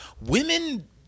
women